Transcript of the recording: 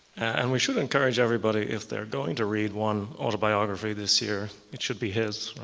and we should encourage everybody, if they're going to read one autobiography this year, it should be his,